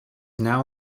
now